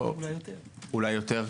אולי יותר,